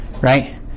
right